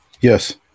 Yes